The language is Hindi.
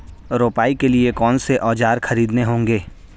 रोपाई के लिए कौन से औज़ार खरीदने होंगे?